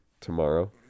tomorrow